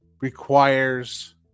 requires